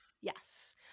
Yes